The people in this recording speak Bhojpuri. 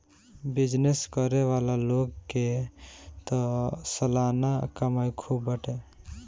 बिजनेस करे वाला लोग के तअ सलाना कमाई खूब बाटे